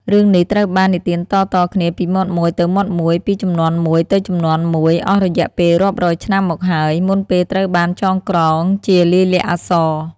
រឿងនេះត្រូវបាននិទានតៗគ្នាពីមាត់មួយទៅមាត់មួយ ពីជំនាន់មួយទៅជំនាន់មួយ អស់រយៈពេលរាប់រយឆ្នាំមកហើយ មុនពេលត្រូវបានចងក្រងជាលាយលក្ខណ៍អក្សរ។